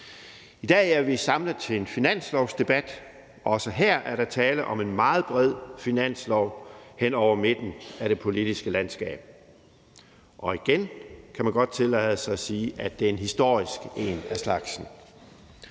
I dag er vi samlet til en finanslovsdebat. Også her er der tale om en meget bred finanslov hen over midten af det politiske landskab, og igen kan man godt tillade sig at sige, at det er en historisk en af slagsen.